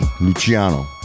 luciano